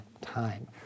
time